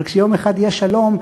אבל כשיום אחד יהיה שלום,